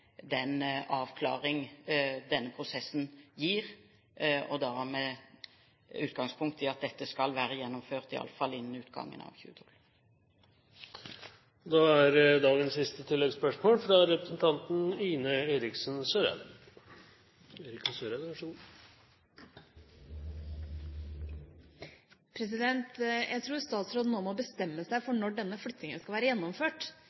den avklaring denne prosessen gir, og da med utgangspunkt i at dette skal være gjennomført iallfall innen utgangen av 2012. Ine M. Eriksen Søreide – til dagens siste oppfølgingsspørsmål. Jeg tror statsråden nå må bestemme seg for når denne flyttingen skal være gjennomført.